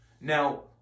Now